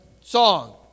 song